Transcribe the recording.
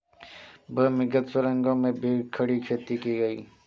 भूमिगत सुरंगों में भी खड़ी खेती की गई